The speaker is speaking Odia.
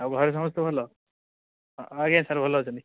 ଆଉ ଘରେ ସମସ୍ତେ ଭଲ ଆଜ୍ଞା ସାର୍ ଭଲ ଅଛନ୍ତି